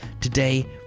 today